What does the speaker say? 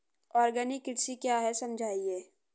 Organic कृषि क्या है समझाइए?